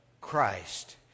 Christ